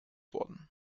worden